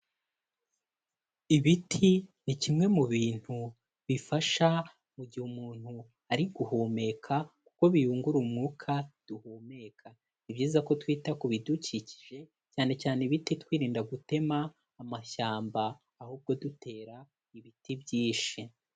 Ibiti ni kimwe mu bintu bifasha mu gihe umuntu ari guhumeka kuko biyungura umwuka duhumeka, ni byiza ko twita ku bidukikije cyane cyane ibiti twirinda gutema amashyamba, ahubwo dutera ibiti byinshi.